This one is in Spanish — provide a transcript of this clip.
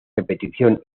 repetición